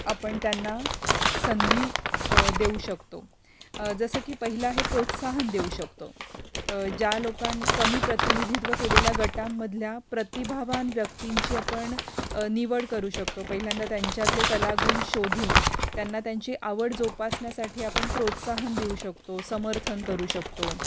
आपण त्यांना संधी देऊ शकतो जसं की पहिला हे प्रोत्साहन देऊ शकतो ज्या लोकां कमी प्रतिनिधित्व केलेल्या गटांमधल्या प्रतिभावान व्यक्तींची आपण निवड करू शकतो पहिल्यांदा त्यांच्यातले कलागुण शोधून त्यांना त्यांची आवड जोपासण्यासाठी आपण प्रोत्साहन देऊ शकतो समर्थन करू शकतो